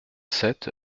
sept